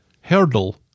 Hurdle